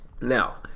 Now